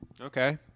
okay